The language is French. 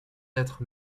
être